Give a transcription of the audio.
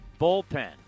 Bullpen